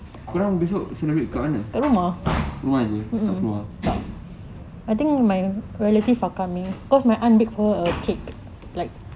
korang besok celebrate kat mana rumah jer tak keluar